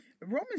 Romans